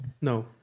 No